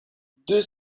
deux